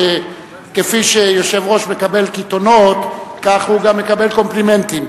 שכפי שיושב-ראש מקבל קיתונות כך הוא גם מקבל קומפלימנטים.